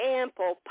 ample